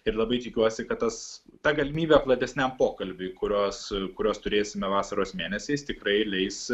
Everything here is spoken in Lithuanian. ir labai tikiuosi kad tas ta galimybė platesniam pokalbiui kurios kurios turėsime vasaros mėnesiais tikrai leis